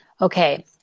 Okay